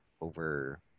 over